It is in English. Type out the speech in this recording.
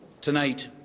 Tonight